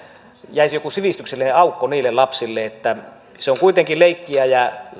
jäisi joku sivistyksellinen aukko niille lapsille se on kuitenkin leikkiä ja